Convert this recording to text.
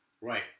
Right